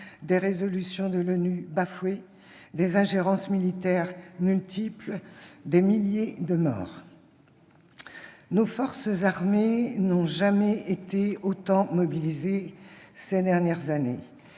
des résolutions de l'ONU bafouées, des ingérences militaires multiples, des milliers de morts. Nos forces armées n'ont jamais été aussi mobilisées que ces dernières années.